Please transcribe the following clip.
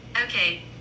Okay